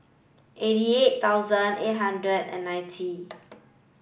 eighty eight thousand eight hundred and ninety